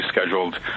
scheduled